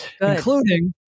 including